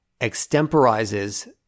extemporizes